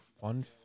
fun